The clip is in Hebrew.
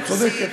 את צודקת.